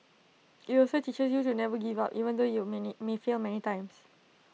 IT also teaches you to never give up even though you many may fail many times